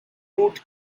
route